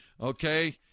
Okay